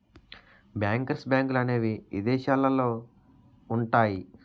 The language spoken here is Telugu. బ్యాంకర్స్ బ్యాంకులనేవి ఇదేశాలల్లో ఉంటయ్యి